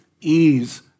ease